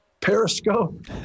periscope